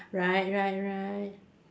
right right right